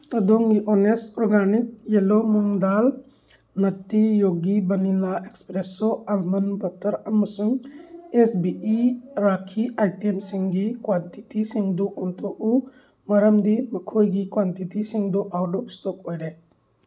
ꯇꯗꯣꯝꯒꯤ ꯑꯣꯅꯦꯁ organic yellow moong dal ꯅꯇꯤ ꯌꯣꯒꯤ ꯕꯅꯤꯂꯥ ꯑꯦꯛꯁꯄ꯭ꯔꯦꯁꯣ ꯑꯜꯃꯟ ꯕꯇꯔ ꯑꯃꯁꯨꯡ ꯑꯦꯁ ꯕꯤ ꯏ ꯔꯥꯈꯤ ꯑꯥꯏꯇꯦꯝꯁꯤꯡꯒꯤ ꯀ꯭ꯋꯥꯟꯇꯤꯇꯤꯁꯤꯡꯗꯨ ꯑꯣꯟꯊꯛꯎ ꯃꯔꯝꯗꯤ ꯃꯈꯣꯏꯒꯤ ꯀ꯭ꯋꯥꯟꯇꯤꯇꯤꯁꯤꯡꯗꯣ ꯑꯥꯎꯠ ꯑꯣꯐ ꯏꯁꯇꯣꯛ ꯑꯣꯏꯔꯦ